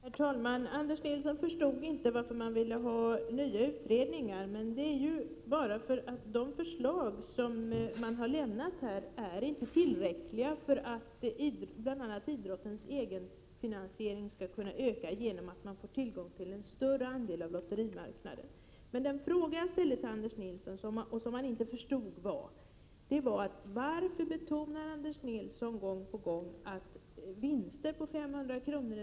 Herr talman! Anders Nilsson förstod inte varför man vill ha nya utredningar. Men det är ju bara för att de förslag som lämnats inte är tillräckliga för att bl.a. idrottens egenfinansiering skall kunna öka genom tillgång till en större andel av lotterimarknaden. Den fråga som jag ställde till Anders Nilsson och som han inte förstod var: Varför betonar Anders Nilsson gång på gång att vinster på 500 kr.